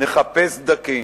נחפש סדקים,